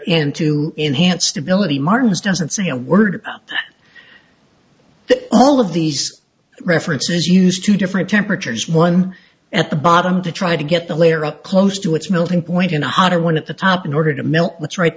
into enhanced ability martin's doesn't say a word that all of these references used two different temperatures one at the bottom to try to get the layer up close to its melting point and a hotter one at the top in order to melt what's right